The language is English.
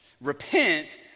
Repent